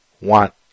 want